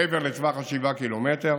מעבר לטווח שבעת הקילומטרים,